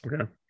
Okay